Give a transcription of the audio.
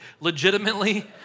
legitimately